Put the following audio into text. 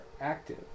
active